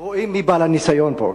רואים מי בעל הניסיון פה.